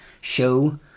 show